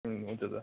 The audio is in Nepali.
हुन्छ दा